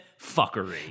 fuckery